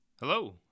Hello